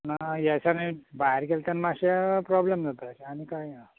पूण ह्या दिसांनी भायर गेले तेन्ना अशें प्रोब्लेम जाता अशें आनी काय ना